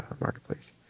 marketplace